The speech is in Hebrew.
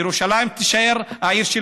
ירושלים תישאר העיר הקדושה,